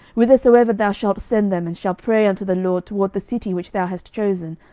whithersoever thou shalt send them, and shall pray unto the lord toward the city which thou hast chosen,